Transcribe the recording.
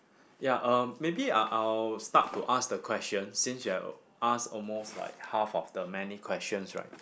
ya um maybe I'll I'll start to ask the questions since you've asked almost like half of the many questions right